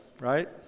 right